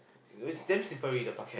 is damn slippery the past